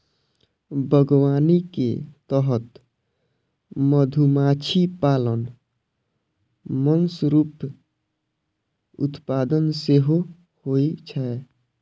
बागवानी के तहत मधुमाछी पालन, मशरूम उत्पादन सेहो होइ छै